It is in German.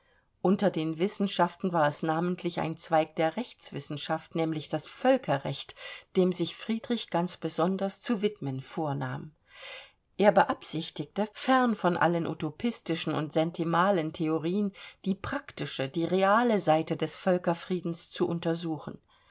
unter den wissenschaften war es namentlich ein zweig der rechtswissenschaft nämlich das völkerrecht dem sich friedrich ganz besonders zu widmen vornahm er beabsichtigte fern von allen utopistischen und sentimalen theorien die praktische die reale seite des völkerfriedens zu untersuchen